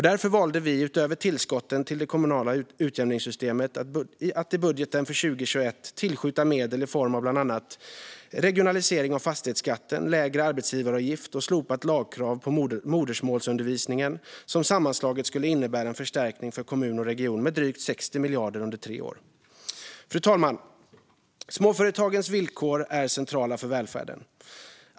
Därför valde vi, utöver tillskotten till det kommunala utjämningssystemet, att i budgeten för 2021 tillskjuta medel i form av bland annat regionalisering av fastighetsskatten, lägre arbetsgivaravgift och slopat lagkrav på modersmålsundervisningen, som sammanslaget skulle innebära en förstärkning för kommun och region med drygt 60 miljarder under tre år. Fru talman! Småföretagens villkor är centrala för välfärden.